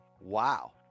Wow